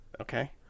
Okay